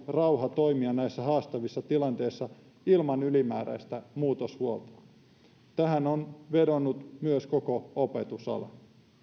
rauha toimia näissä haastavissa tilanteissa ilman ylimääräistä muutoshuolta tähän on vedonnut myös koko opetusala